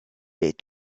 est